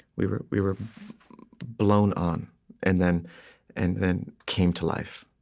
we were we were blown on and then and then came to life.